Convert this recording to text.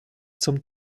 zum